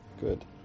good